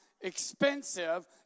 expensive